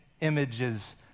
images